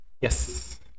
yes